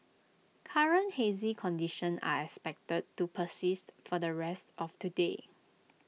current hazy conditions are expected to persist for the rest of today